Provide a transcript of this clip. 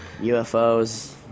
UFOs